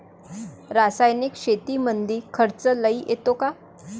रासायनिक शेतीमंदी खर्च लई येतो का?